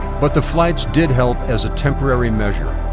but the flights did help as a temporary measure,